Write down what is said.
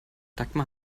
dagmar